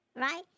right